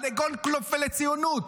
מה לגולדקנופ ולציונות?